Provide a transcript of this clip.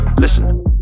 Listen